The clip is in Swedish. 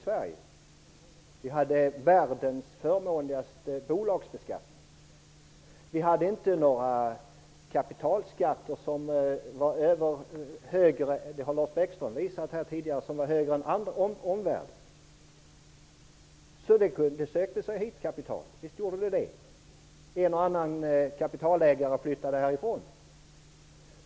Sverige fick världens förmånligaste bolagsbeskattning. Lars Bäckström har tidigare visat att vi inte hade kapitalskatter som var högre än omvärldens. Då kunde kapitalet söka sig hit. En och annan kapitalägare flyttade härifrån.